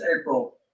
April